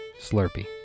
slurpee